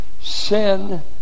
Sin